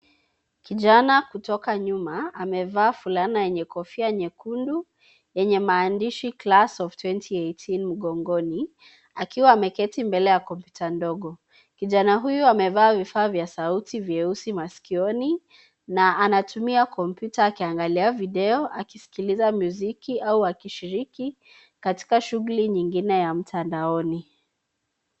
Kijana kutoka nyuma amevaa fulana yenye kofia nyekundu yenye maandishi class of 2018 akiwa ameketi kwenye kompyuta ndogo. Kijana huyu amevaa vifaa vya sauti vieusi maskioni na anatumia kompyuta akiangalia video, akiskiliza muziki au akishughulika katika shughuli nyingine ya mtandaoni.